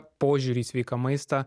požiūrį į sveiką maistą